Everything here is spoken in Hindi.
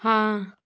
हाँ